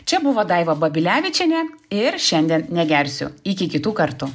čia buvo daiva babilevičienė ir šiandien negersiu iki kitų kartų